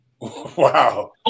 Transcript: Wow